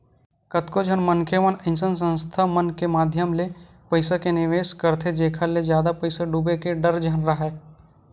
कतको झन मनखे मन अइसन संस्था मन के माधियम ले पइसा के निवेस करथे जेखर ले जादा पइसा डूबे के डर झन राहय